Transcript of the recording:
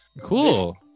Cool